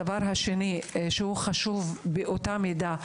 הדבר השני חשוב באותה מידה.